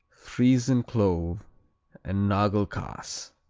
friesan clove and nagelkass